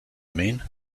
mean